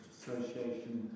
Association